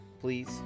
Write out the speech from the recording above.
please